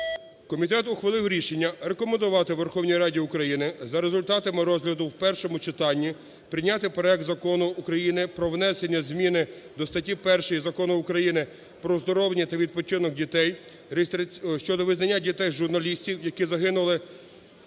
Комітет ухвалив рішення рекомендувати Верховній Раді України за результатами розгляду в першому читанні прийняти проект Закону України про внесення зміни до статті 1 Закону України "Про оздоровлення та відпочинок дітей" щодо визнання дітей журналістів, які загинули